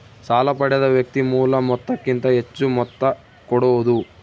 ಸಾಲ ಪಡೆದ ವ್ಯಕ್ತಿ ಮೂಲ ಮೊತ್ತಕ್ಕಿಂತ ಹೆಚ್ಹು ಮೊತ್ತ ಕೊಡೋದು